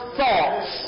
thoughts